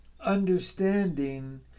understanding